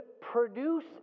produce